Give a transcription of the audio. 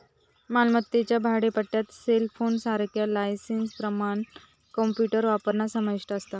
मालमत्तेच्या भाडेपट्ट्यात सेलफोनसारख्या लायसेंसप्रमाण कॉम्प्युटर वापरणा समाविष्ट असा